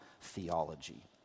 theology